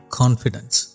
confidence